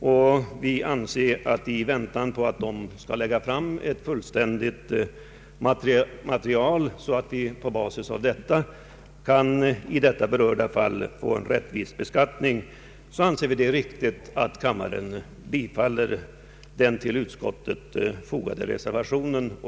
I avvaktan på att dessa utredningar skall framlägga ett så fullständigt material att det på basis därav i berörda fall kan genomföras en rättvis beskattning anser vi, att kammaren bör bifalla den till utskottets betänkande fogade reservationen.